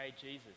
Jesus